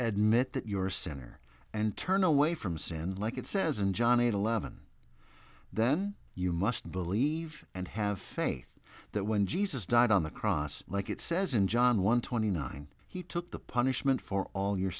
admit that you're a center and turn away from sand like it says in john eight eleven then you must believe and have faith that when jesus died on the cross like it says in john one twenty nine he took the punishment for all your